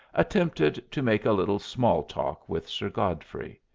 attempted to make a little small talk with sir godfrey.